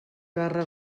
barra